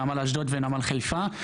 נמל אשדוד ונמל חיפה,